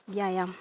ᱵᱮᱭᱟᱢ